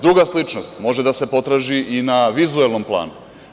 Druga sličnost može da se potraži i na vizuelnom planu.